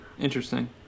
interesting